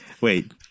wait